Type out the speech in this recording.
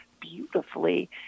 beautifully